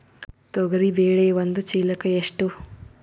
ತೊಗರಿ ಬೇಳೆ ಒಂದು ಚೀಲಕ ಎಷ್ಟು?